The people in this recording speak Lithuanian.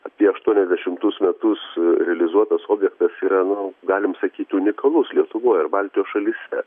apie aštuoniasdešimtus metus realizuotas objektas yra nu galim sakyti unikalus lietuvoj ir baltijos šalyse